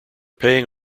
paying